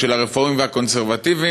של הרפורמים והקונסרבטיבים,